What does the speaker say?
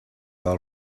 all